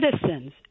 citizens